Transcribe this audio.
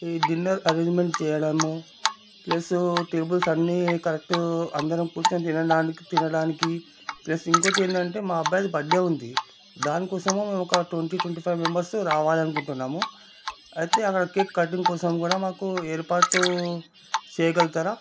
ఈ dinner arrangement చేయడము plus tables అన్నీ కరెక్ట్ అందరం కూర్చోని తినడానికి తినడానికి ప్లస్ ఇంకోకటి ఏంటి అంటే మా అబ్బాయిది బర్త్డే ఉంది దాని కోసము ఒక ట్వంటీ ట్వంటీ ఫైవ్ మెంబర్స్ రావాలి అనుకుంటున్నాము అయితే అక్కడ కేక్ కటింగ్ కోసం కూడా మాకు ఏర్పాటు చేయగలుగుతారా